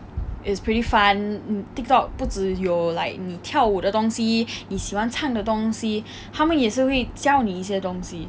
it's pretty fun Tiktok 不止有 like 有跳舞的东西你喜欢唱的东西他们也是会教你一些东西